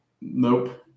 Nope